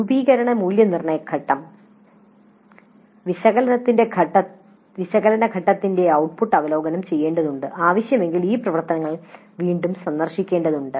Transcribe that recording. രൂപീകരണ മൂല്യനിർണ്ണയ ഘട്ടം വിശകലന ഘട്ടത്തിന്റെ ഔട്ട്പുട്ട് അവലോകനം ചെയ്യേണ്ടതുണ്ട് ആവശ്യമെങ്കിൽ ഈ പ്രവർത്തനങ്ങൾ വീണ്ടും സന്ദർശിക്കേണ്ടതുണ്ട്